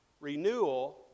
renewal